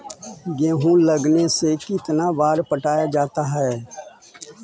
गेहूं लगने से कितना बार पटाया जाता है?